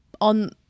on